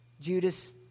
Judas